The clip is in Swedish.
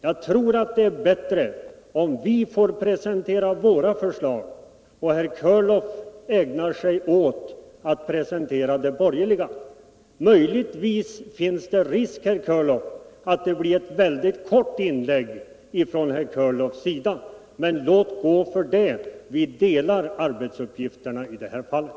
Jag tror det är bättre om vi får presentera våra förslag och herr Körlof ägnar sig åt att presentera de borgerligas förslag. Risken finns förstås att herr Körlofs inlägg blir kort. Men låt gå för det — vi delar arbetsuppgifterna i det fallet.